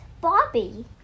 Bobby